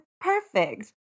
perfect